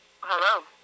Hello